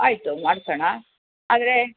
ಆಯಿತು ಮಾಡ್ಸೋಣ ಆದರೇ